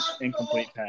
incomplete